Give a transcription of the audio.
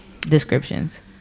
descriptions